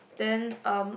then um